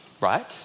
right